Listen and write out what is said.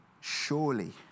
surely